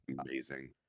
amazing